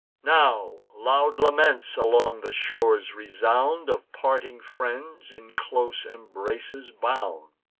now loud laments along the shores resound, of parting friends in close embraces bound.